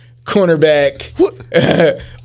cornerback